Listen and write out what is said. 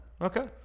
Okay